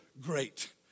great